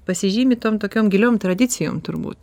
pasižymi tom tokiom giliom tradicijom turbūt